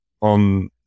on